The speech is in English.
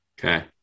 Okay